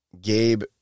Gabe